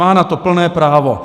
Má na to plné právo.